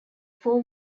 four